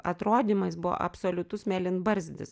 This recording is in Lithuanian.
atrodymą jis buvo absoliutus mėlynbarzdis